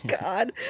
God